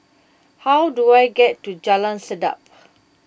how do I get to Jalan Sedap